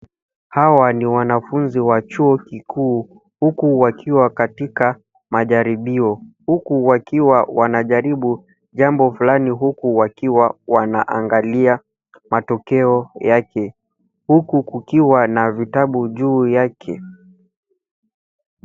Hawa ni wanafunzi wa chuo kikuu, huku wakiwa katika majaribio, huku wakiwa wanajaribu jambo fulani, huku wakiwa wanaangalia matokeo yake, huku kukiwa na vitabu juu yake.